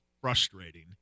frustrating